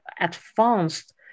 advanced